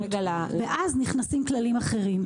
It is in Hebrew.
ואז נכנסים כללים אחרים.